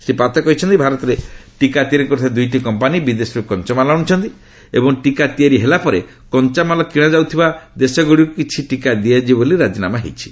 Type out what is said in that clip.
ଶ୍ରୀ ପାତ୍ର କହିଛନ୍ତି ଭାରତରେ ଟିକା ତିଆରି କର୍ତ୍ତିବା ଦୂଇଟି କମ୍ପାନୀ ବିଦେଶର୍ କଞ୍ଚାମାଲ୍ ଆଣ୍ରଛନ୍ତି ଏବଂ ଟିକା ତିଆରି ହୋଇଗଲା ପରେ କଞ୍ଚାମାଲ୍ ଅଣାଯାଉଥିବା ଦେଶଗୁଡ଼ିକୁ କିଛି ଟିକା ଦିଆଯିବ ବୋଲି ରାଜିନାମା ହୋଇଛି